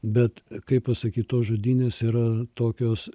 bet kaip pasakyt tos žudynės yra tokios